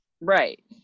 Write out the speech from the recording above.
right